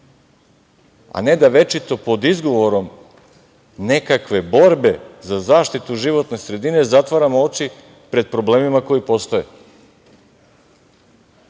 a ne da večito, pod izgovorom nekakve borbe za zaštitu životne sredine, zatvaramo oči pred problemima koji postoje,